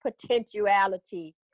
potentiality